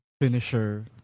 finisher